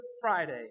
Friday